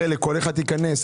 הרי לכל אחד תיכנס?